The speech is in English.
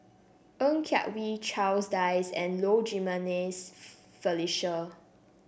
Ng Yak Whee Charles Dyce and Low Jimenez Felicia